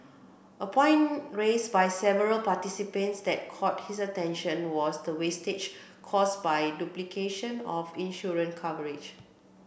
a point raise by several participants that caught his attention was the wastage cause by duplication of insurance coverage